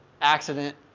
accident